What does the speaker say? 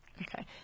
Okay